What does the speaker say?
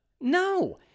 No